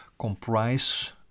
comprise